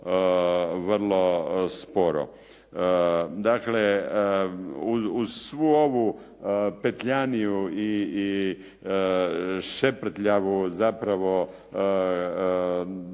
vrlo sporo. Dakle, uz svu ovu petljaniju i šeprtljavu zapravo